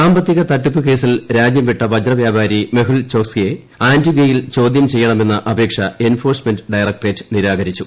സാമ്പത്തിക തട്ടിപ്പു കേസിൽ രാജ്യൂംവിട്ട് വജ്രവ്യാപാരി മെഹുൽ ചോക്സിയെ ആന്റിഗ്വയിൽ പ്രോദ്യം ചെയ്യണമെന്ന അപേക്ഷ എൻഫോഴ്സ്മെന്റ് ഡയറക്ട്രിറ്റ് നിരാകരിച്ചു